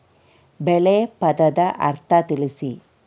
ಬೆಳೆ ಪದದ ಅರ್ಥ ತಿಳಿಸಿ?